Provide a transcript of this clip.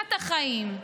קדושת החיים.